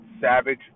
Savage